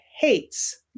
hates